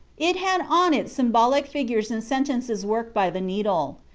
it had on it sym bolical figures and sentences worked by the needle.